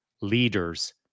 leaders